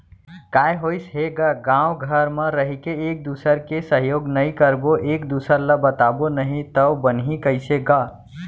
काय होइस हे गा गाँव घर म रहिके एक दूसर के सहयोग नइ करबो एक दूसर ल बताबो नही तव बनही कइसे गा